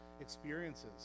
experiences